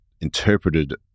interpreted